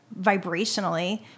vibrationally